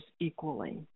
equally